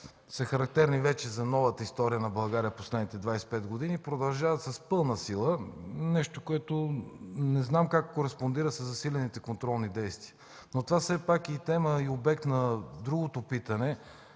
са характерни за новата история на България през последните 25 години и продължават с пълна сила. Това не знам как това кореспондира със засилените контролни действия?! Това все пак е тема и обект и на другото питане